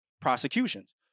prosecutions